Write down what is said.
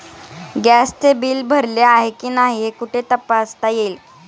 गॅसचे बिल भरले आहे की नाही हे कुठे तपासता येईल?